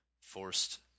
forced